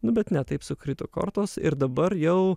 nu bet ne taip sukrito kortos ir dabar jau